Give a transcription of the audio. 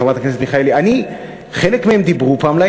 חברת הכנסת מיכאלי,